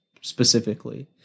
specifically